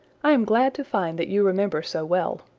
i am glad to find that you remember so well.